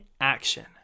action